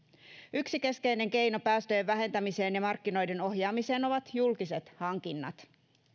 yksi keskeinen keino päästöjen vähentämiseen ja markkinoiden ohjaamiseen ovat julkiset hankinnat